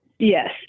Yes